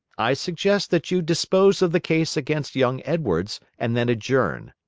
i suggest that you dispose of the case against young edwards, and then adjourn.